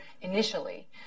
initially